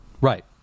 Right